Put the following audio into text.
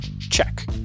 check